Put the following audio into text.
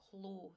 close